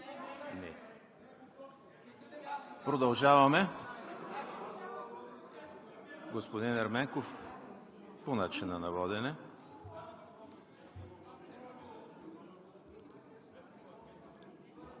Продължаваме. Господин Ерменков – по начина на водене.